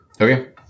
Okay